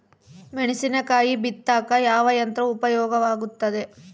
ಮೆಣಸಿನಕಾಯಿ ಬಿತ್ತಾಕ ಯಾವ ಯಂತ್ರ ಉಪಯೋಗವಾಗುತ್ತೆ?